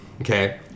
Okay